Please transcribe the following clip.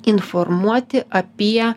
informuoti apie